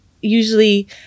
usually